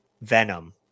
Venom